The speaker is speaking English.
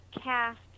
cast